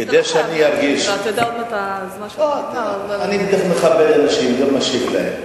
אלא אם כן חבר הכנסת אורלב משחרר את השר למנחה.